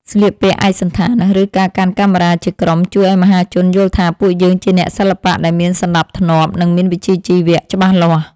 ស្លៀកពាក់ឯកសណ្ឋាន ឬ ការកាន់កាមេរ៉ាជាក្រុមជួយឱ្យមហាជនយល់ថាពួកយើងជាអ្នកសិល្បៈដែលមានសណ្តាប់ធ្នាប់ និង មានវិជ្ជាជីវៈច្បាស់លាស់។